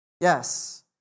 Yes